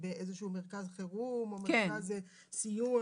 באיזה שהוא מרכז חירום או מרכז סיוע.